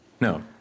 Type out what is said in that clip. No